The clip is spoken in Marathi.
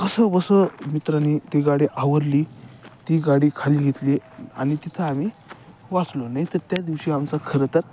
कसं बसं मित्रानी ती गाडी आवडली ती गाडी खाली घेतली आणि तिथं आम्ही वाचलो नाही तर त्या दिवशी आमचं खरं तर